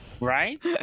right